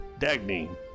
Dagny